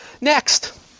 Next